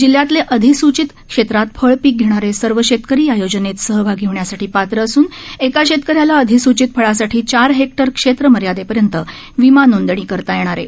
जिल्ह्यातले अधिसूचित क्षेत्रात फळ पीक घेणारे सर्व शेतकरी या योजनेत सहभागी होण्यासाठी पात्र असून एका शेतकऱ्याला अधिसूचित फळासाठी चार हेक्टर क्षेत्र मर्यादेपर्यंत विमा नोंदणी करता येणार आहे